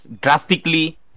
drastically